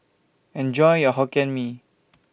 Enjoy your Hokkien Mee